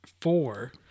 four